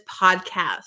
podcast